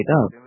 up